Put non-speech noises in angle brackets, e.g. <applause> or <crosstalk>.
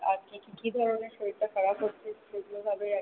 আর কি কি ধরণের শরীরটা খারাপ হচ্ছে সেইগুলো <unintelligible>